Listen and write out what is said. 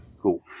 Cool